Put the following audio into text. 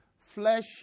flesh